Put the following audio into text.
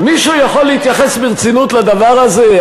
מישהו יכול להתייחס ברצינות לדבר הזה?